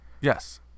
Yes